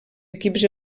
equips